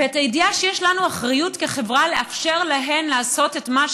ואת הידיעה שיש לנו אחריות כחברה לאפשר להן לעשות את מה